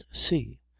see,